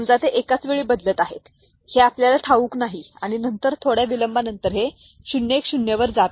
समजा ते एकाच वेळी बदलत आहेत हे आपल्याला ठाऊक नाही आणि नंतर थोड्या विलंबानंतर हे 010 वर जात आहे